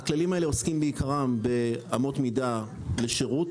הכללים האלה עוסקים בעיקרם באמות מידה לשירות